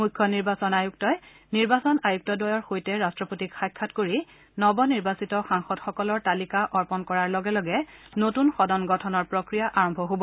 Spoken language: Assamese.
মুখ্য নিৰ্বাচন আয়ুক্তই নিৰ্বাচন আয়ুক্তদ্বয়ৰ সৈতে ৰাট্টপতিক সাক্ষাৎ কৰি নৱ নিৰ্বাচিত সাংসদসকলৰ তালিকা অৰ্পণ কৰাৰ লগে লগে নতুন সদন গঠনৰ প্ৰক্ৰিয়া আৰম্ভ হ'ব